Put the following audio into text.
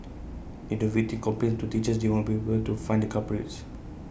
if the victim complains to teachers they won't be able to find the culprits